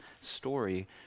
story